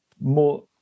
more